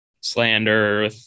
slander